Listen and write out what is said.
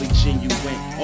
genuine